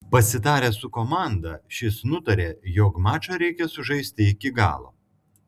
pasitaręs su komanda šis nutarė jog mačą reikia sužaisti iki galo